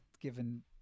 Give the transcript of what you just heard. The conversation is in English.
given